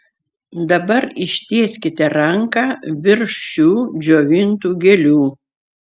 dabar ištieskite ranką virš šių džiovintų gėlių